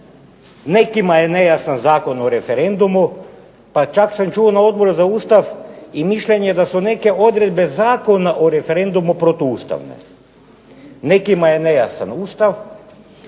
Nekima je nejasan Zakon o referendumu, pa čak sam čuo na Odboru za Ustav i mišljenje da su neke odredbe Zakona o referendumu protu ustavne. Nekima je nejasan Ustav,